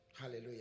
Hallelujah